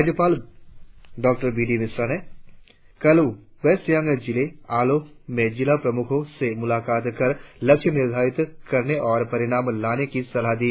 राज्यपाल डॉ B D Mishra ने रविवार को वेस्ट सियांग जिला आलो में जिला प्रमुखों से मुलाकात कर लक्ष्य निर्धारित करने और परिणाम लाने की सलाह दी